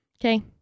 Okay